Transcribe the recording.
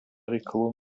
reikalų